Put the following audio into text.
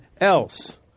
else